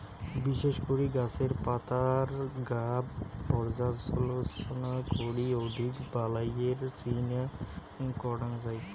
বিশেষ করি গছের পাতার গাব পর্যালোচনা করি অধিক বালাইয়ের চিন করাং যাই